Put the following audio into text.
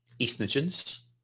ethnogens